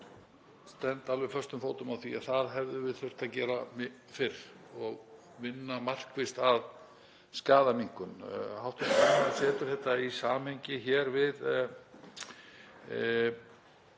alveg föstum fótum á því að það hefðum við þurft að gera fyrr og vinna markvisst að skaðaminnkun. Hv. þingmaður setur þetta í samhengi við